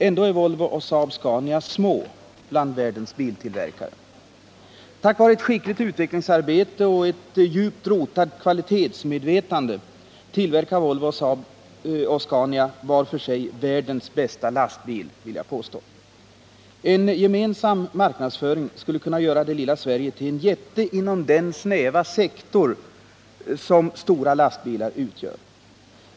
Ändå är Volvo och Saab-Scania små bland världens biltillverkare. Tack vare ett skickligt utvecklingsarbete och ett djupt rotat kvalitetsmedvetande tillverkar Volvo och Saab-Scania var för sig världens bästa lastbilar, vill jag påstå. En gemensam marknadsföring skulle kunna göra det lilla Sverige till en jätte inom den snäva sektorn för stora lastbilar.